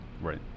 Right